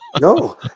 no